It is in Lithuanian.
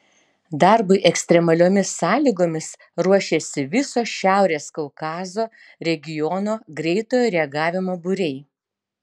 darbui ekstremaliomis sąlygomis ruošiasi viso šiaurės kaukazo regiono greitojo reagavimo būriai